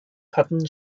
hatten